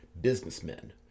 businessmen